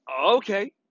okay